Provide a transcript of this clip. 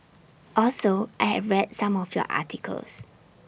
also I have read some of your articles